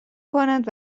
کنند